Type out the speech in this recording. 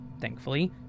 Thankfully